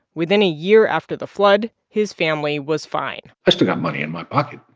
within a year after the flood, his family was fine i still got money in my pocket.